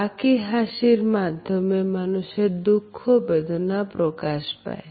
বাকি হাসির মাধ্যমে মানুষের দুঃখ বেদনা প্রকাশ পায়